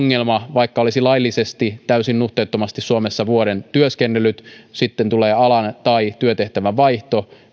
vaikka olisi laillisesti täysin nuhteettomasti suomessa vuoden työskennellyt ja sitten tulee alan tai työtehtävän vaihto voi